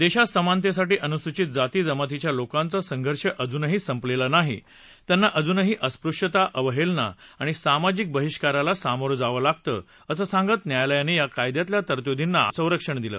दक्षित समानतघिठी अनुसूचित जाती जमातीच्या लोकांचा संघर्ष अजुनही संपलस्त नाही त्यांना अजुनही अस्पृश्यता अवहत्त्वीा आणि सामाजिक बहिष्काराला सामोरं जावं लागतं असं सांगत न्यायालयानं या कायद्यातल्या तरतुदींना संरक्षण दिलं